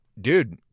Dude